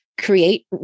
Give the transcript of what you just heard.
create